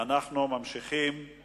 אין מתנגדים ואין